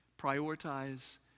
Prioritize